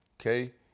Okay